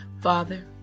Father